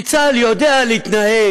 כי צה"ל יודע להתנהג